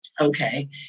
okay